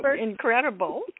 incredible